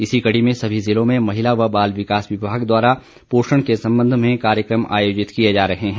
इसी कड़ी में सभी जिलों में महिला व ं बाल विकास विभाग द्वारा पोषण के संबंध में कार्यक्रम आयोजित किए जा रहे हैं